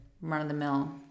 run-of-the-mill